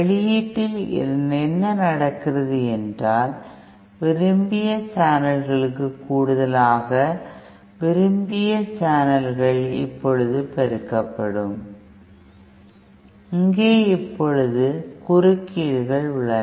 வெளியீட்டில் என்ன நடக்கிறது என்றால் விரும்பிய சேனல்களுக்கு கூடுதலாக விரும்பிய சேனல்கள் இப்போது பெருக்கப்படும் இங்கே இப்பொழுது குறுக்கீடுகள் உள்ளன